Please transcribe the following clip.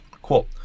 Cool